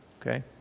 Okay